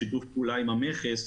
בשיתוף פעולה עם המכס,